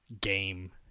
game